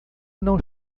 não